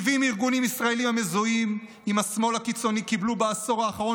70 ארגונים ישראליים המזוהים עם השמאל הקיצוני קיבלו בעשור האחרון